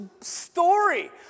story